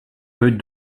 peut